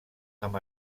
amb